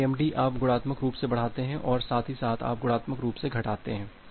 MIMD आप गुणात्मक रूप से बढ़ाते हैं और साथ ही साथ आप गुणात्मक रूप से घटाते हैं